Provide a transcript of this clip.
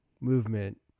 movement